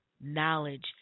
knowledge